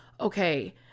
okay